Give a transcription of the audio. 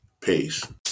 Peace